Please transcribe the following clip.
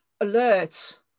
alert